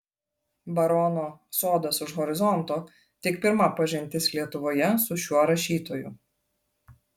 barono sodas už horizonto tik pirma pažintis lietuvoje su šiuo rašytoju